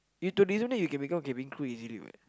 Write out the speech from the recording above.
you tourism then you can become cabin crew ready what